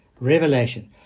revelation